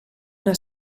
una